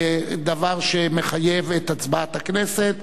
דבר שמחייב את הצבעת הכנסת.